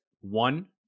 one